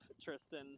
Tristan